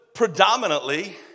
Predominantly